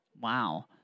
Wow